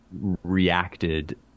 reacted